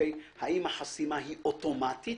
האם החסימה היא אוטומטית